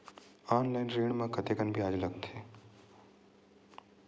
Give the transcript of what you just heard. Online ऋण म कतेकन ब्याज लगथे?